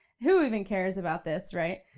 who even cares about this, right?